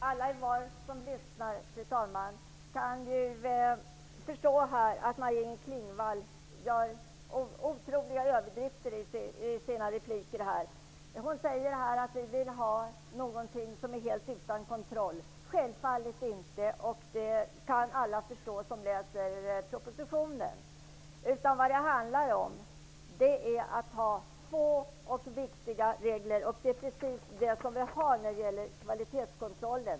Fru talman! Alla som lyssnar förstår att Maj-Inger Klingvall överdriver otroligt. Hon säger att vi vill ha någonting helt utan kontroll. Det vill vi självfallet inte. Det kan alla förstå som läser propositionen. Det handlar om att det skall vara få och viktiga regler. Det är precis vad som står i propositionen när det gäller kvalitetskontrollen.